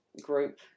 group